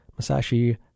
Masashi